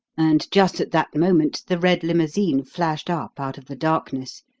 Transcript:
and just at that moment the red limousine flashed up out of the darkness,